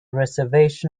reservation